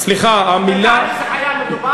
סליחה, המילה, אתה יודע באיזו חיה מדובר?